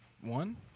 one